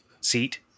seat